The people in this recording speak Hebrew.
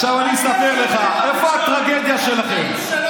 עכשיו אני אספר לך איפה הטרגדיה שלכם,